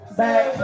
back